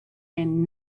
and